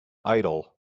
idol